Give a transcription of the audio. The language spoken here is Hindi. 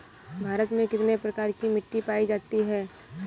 भारत में कितने प्रकार की मिट्टी पायी जाती है?